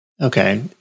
Okay